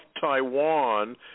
Taiwan